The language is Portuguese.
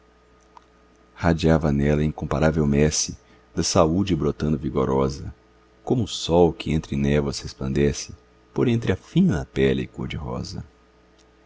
radiava nela a incomparável messe da saúde brotando vigorosa como o sol que entre névoas resplandece por entre a fina pele cor-de-rosa